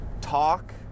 talk